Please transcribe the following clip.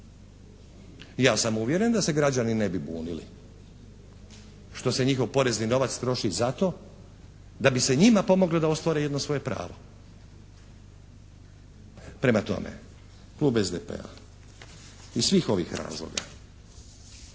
Ja sam uvjeren da se građani ne bi bunili što se njihov porezni novac troši za to da bi se njima pomoglo da ostvare jedno svoje pravo. Prema tome, Klub SDP-a iz svih ovih razloga